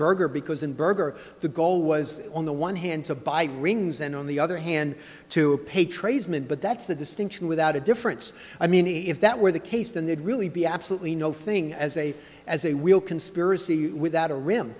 burger because in burger the goal was on the one hand to buy rings and on the other hand to a patron is meant but that's a distinction without a difference i mean if that were the case then they'd really be absolutely no thing as a as a real conspiracy without a